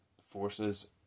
forces